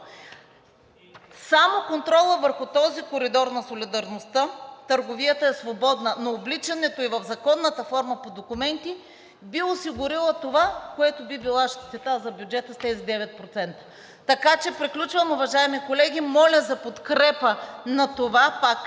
Само контролът върху този коридор на солидарността – търговията е свободна, но обличането ѝ в законната форма по документи би осигурило това, което би било щета за бюджета с тези 9%. Приключвам, уважаеми колеги, моля за подкрепа на това. Пак казвам,